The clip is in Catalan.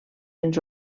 ens